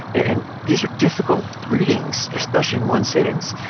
and these are difficult readings, especially in one sittings,